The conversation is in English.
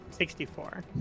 64